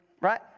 Right